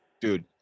Dude